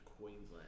Queensland